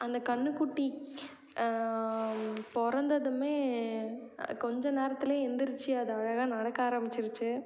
அந்த கன்றுக்குட்டி பிறந்ததுமே கொஞ்ச நேரத்திலே எழுந்திரிச்சி அது அழகாக நடக்க ஆரமிச்சுருச்சி